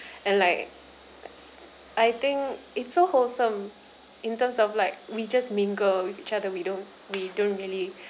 and like I think it's so wholesome in terms of like we just mingle with each other we don't we don't really